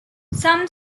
some